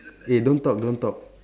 eh don't talk don't talk